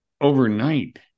overnight